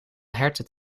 herten